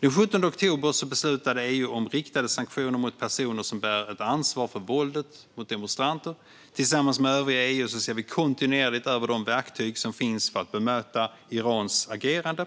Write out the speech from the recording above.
Den 17 oktober beslutade EU om riktade sanktioner mot personer som bär ett ansvar för våldet mot demonstranter. Tillsammans med övriga EU ser vi kontinuerligt över de verktyg som finns för att bemöta Irans agerande.